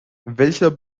welcher